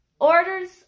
orders